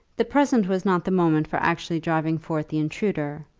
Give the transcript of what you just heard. the present was not the moment for actually driving forth the intruder,